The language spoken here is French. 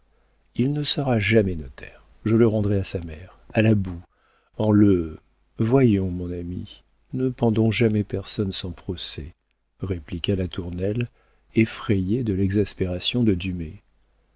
il ne sera jamais notaire je le rendrai à sa mère à la boue en le voyons mon ami ne pendons jamais personne sans procès répliqua latournelle effrayé de l'exaspération de